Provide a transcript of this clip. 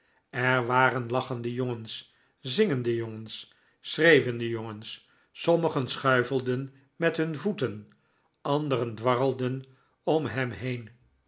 er waren lachende jongens zingende jongens schreeuwende jongens sommigen schuifelden met hun voeten anderen dwarrelden om hem heen